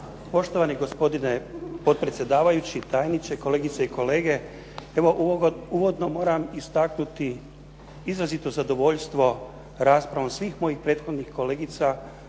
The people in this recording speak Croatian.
Poštovani gospodine potpredsjedavajući, tajniče, kolegice i kolege. Evo, uvodno moram istaknuti izrazito zadovoljstvo raspravom svih mojih prethodnih kolegica